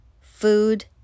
Food